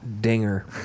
Dinger